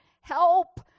help